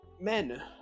men